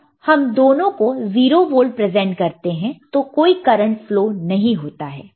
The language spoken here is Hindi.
तो जब हम दोनों को 0 वोल्ट प्रेजेंट करते हैं तो कोई करंट फ्लो नहीं होता है